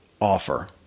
offer